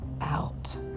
out